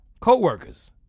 Co-workers